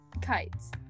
kites